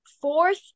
fourth